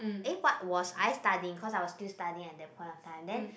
eh what was I studying cause I was still studying at that point of time then